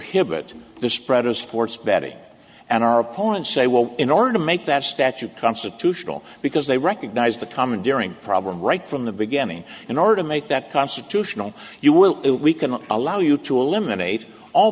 prohibit the spread of sports betting and our opponents say well in order to make the statute constitutional because they recognized the commandeering problem right from the beginning in order to make that constitutional you will we cannot allow you to eliminate all